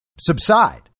subside